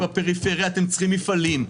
בפריפריה אתם צריכים מפעלים,